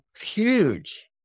huge